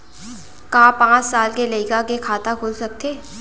का पाँच साल के लइका के खाता खुल सकथे?